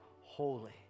holy